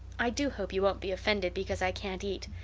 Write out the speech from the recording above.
i do hope you won't be offended because i can't eat.